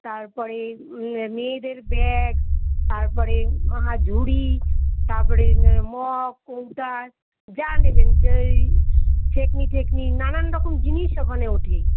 তারপরে মেয়েদের ব্যাগ তারপরে ঝুড়ি তারপরে মগ কৌটা যা নেবেন যেই টেকমি ঠেকমি নানান রকম জিনিস ওখানে ওঠে